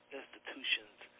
institutions